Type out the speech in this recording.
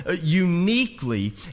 uniquely